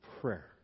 prayer